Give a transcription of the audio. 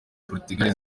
portugal